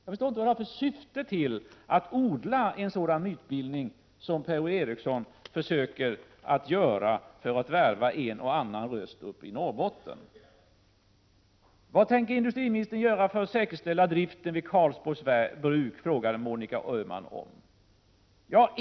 Jag förstår inte vad Per-Ola Eriksson har för syfte med den mytbildning som han försöker odla, annat än att fånga en och annan röst uppe i Norrbotten. Bruk, frågade Monica Öhman.